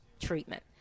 treatment